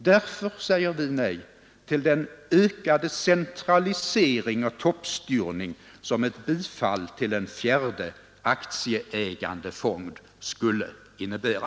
Därför säger vi nej till den ökade centralisering och toppstyrning som ett bifall till en fjärde, aktieägande, AP-fond skulle innebära.